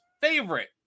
favorite